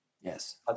Yes